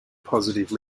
positive